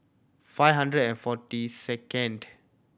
five hundred and forty second